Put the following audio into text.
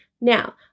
Now